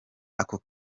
ako